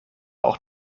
auch